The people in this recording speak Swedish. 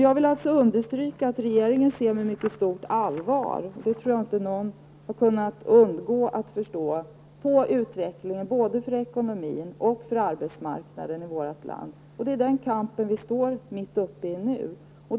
Jag vill alltså understryka att regeringen ser med mycket stort allvar -- jag tror inte att någon har kunnat undgå att förstå det -- på utvecklingen, den ekonomiska politiken och arbetsmarknadspolitiken i vårt land. Vi står mitt uppe i en kamp.